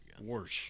Worse